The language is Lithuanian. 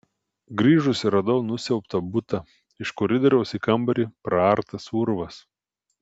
grįžusi radau nusiaubtą butą iš koridoriaus į kambarį praartas urvas